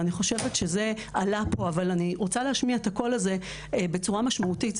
ואני חושבת שזה עלה פה אבל אני רוצה להשמיע את הקול הזה בצורה משמעותית,